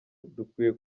dukwiye